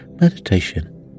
meditation